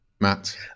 Matt